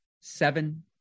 seven